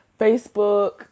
Facebook